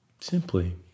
Simply